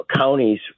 Counties